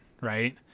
Right